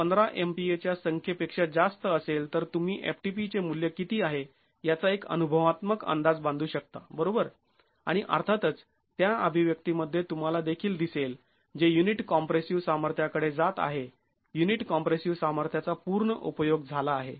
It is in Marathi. १५ MPa च्या संख्येपेक्षा जास्त असेल तर तुम्ही ftp चे मूल्य किती आहे याचा एक अनुभवात्मक अंदाज बांधू शकता बरोबर आणि अर्थातच त्या अभिव्यक्तीमध्ये तुम्हाला देखील दिसेल जे युनिट कॉम्प्रेसिव सामर्थ्याकडे जात आहे युनिट कॉम्प्रेसिव सामर्थ्याचा पूर्ण उपयोग झाला आहे